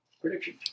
prediction